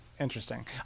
interesting